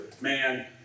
man